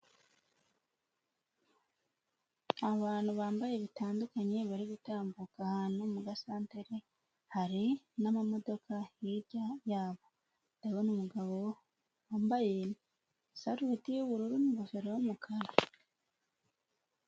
Abantu bambaye bitandukanye bari gutambuka ahantu mu gasantere, hari n'amamodoka hirya yabo, ndabona umugabo wambaye isarubeti y'ubururu n'ingofero y'umukara.